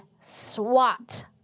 SWAT